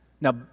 Now